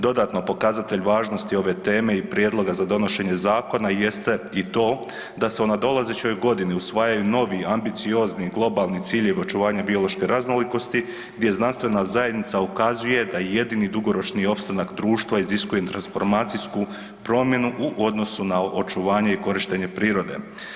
Dodatno, pokazatelj važnosti ove teme i prijedloga za donošenje zakona jeste i to da se u nadolazećoj godini usvajaju novi ambiciozni globalni ciljevi očuvanja biološke raznolikosti gdje znanstvena zajednica ukazuje da jedini dugoročni opstanak društva iziskuje transformacijsku promjenu u odnosu na očuvanje i korištenje prirode.